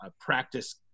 practice